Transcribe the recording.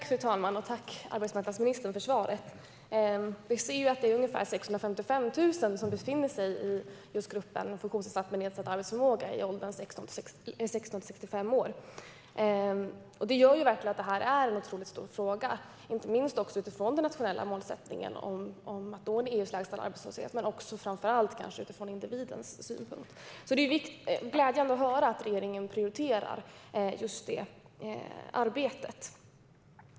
Fru talman! Tack, arbetsmarknadsministern, för svaret! Vi vet att det är ungefär 655 000 som befinner sig i riskgruppen funktionsnedsatta med nedsatt arbetsförmåga i åldrarna 16-65 år. Det gör att det här verkligen är en otroligt stor fråga, inte minst utifrån den nationella målsättningen om att nå EU:s lägsta arbetslöshet men framför allt utifrån individens synpunkt. Det är glädjande att höra att regeringen prioriterar just detta arbete.